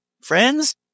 friends